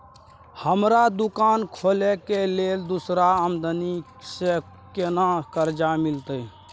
हमरा दुकान खोले के लेल दूसरा आदमी से केना कर्जा मिलते?